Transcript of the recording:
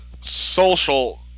social